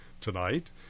tonight